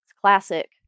Classic